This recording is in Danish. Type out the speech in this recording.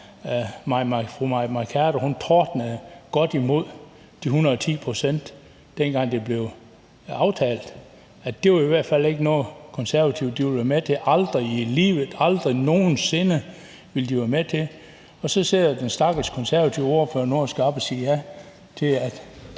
at fru Mai Mercado tordnede godt imod de 110 pct., dengang det blev aftalt. Det var i hvert fald ikke noget, Konservative ville være med til – aldrig i livet. Aldrig nogen sinde ville de være med til det, og så sidder den stakkels konservative ordfører nu og skal op og sige ja til det.